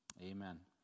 Amen